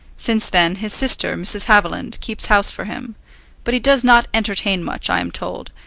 since then, his sister, mrs. haviland, keeps house for him but he does not entertain much, i am told,